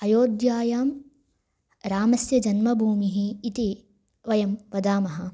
अयोध्यायां रामस्य जन्मभूमिः इति वयं वदामः